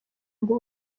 ngo